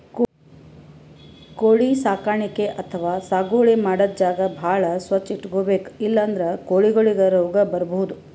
ಕೋಳಿ ಸಾಕಾಣಿಕೆ ಅಥವಾ ಸಾಗುವಳಿ ಮಾಡದ್ದ್ ಜಾಗ ಭಾಳ್ ಸ್ವಚ್ಚ್ ಇಟ್ಕೊಬೇಕ್ ಇಲ್ಲಂದ್ರ ಕೋಳಿಗೊಳಿಗ್ ರೋಗ್ ಬರ್ಬಹುದ್